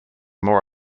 more